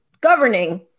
governing